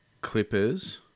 Clippers